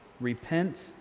Repent